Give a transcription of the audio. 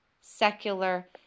secular